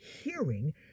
hearing